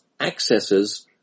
accesses